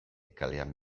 kalean